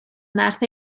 nerth